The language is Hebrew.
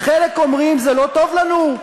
חלק אומרים: זה לא טוב לנו,